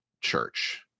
church